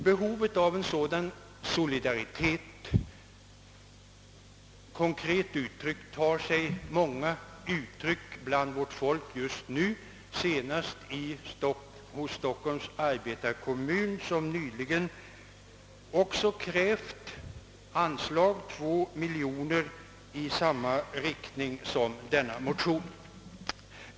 Behovet av en sådan solidaritet tar sig många uttryck bland vårt folk just nu, senast hos Stockholms arbetarkommun, som nyligen också krävt ett anslag på 2 miljoner i samma riktning som denna motion.